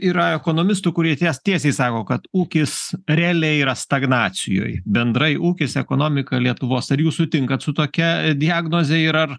yra ekonomistų kurie tiesiai sako kad ūkis realiai yra stagnacijoj bendrai ūkis ekonomika lietuvos ar jūs sutinkat su tokia diagnoze ir ar